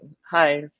Hi